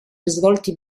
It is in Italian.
risvolti